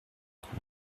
coup